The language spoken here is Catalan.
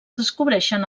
descobreixen